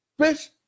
bitch